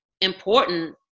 important